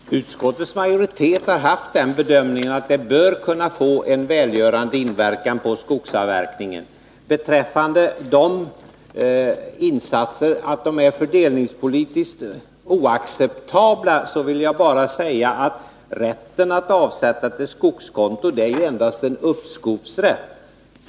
Herr talman! Utskottets majoritet har gjort bedömningen att det bör kunna få en välgörande inverkan på skogsavverkningen. Beträffande detta att insatserna skulle vara fördelningspolitiskt oacceptabla vill jag bara säga att rätten att avsätta till skogskonto endast är en uppskovsrätt.